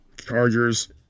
Chargers